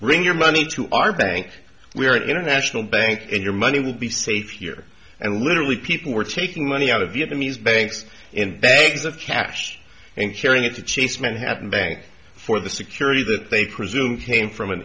bring your money to our bank we are an international bank and your money will be safe here and literally people were taking money out of vietnamese banks and days of cash and carrying it to chase manhattan bank for the security that they presume came from an